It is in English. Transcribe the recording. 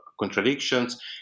contradictions